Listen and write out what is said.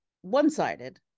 one-sided